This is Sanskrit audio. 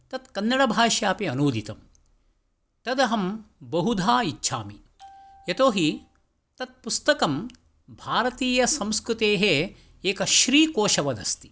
तत्कन्नडभाषयापि अनूदितं तदहं बहुधा इच्छामि यतो हि तत्पुस्तकं भारतीयसंस्कृतेः एकश्रीकोषवदस्ति